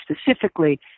specifically